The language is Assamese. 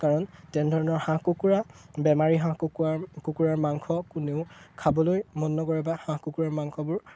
কাৰণ তেনেধৰণৰ হাঁহ কুকুৰা বেমাৰী হাঁহ কুকুৰাৰ কুকুৰাৰ মাংস কোনেও খাবলৈ মন নকৰে বা হাঁহ কুকুৰাৰ মাংসবোৰ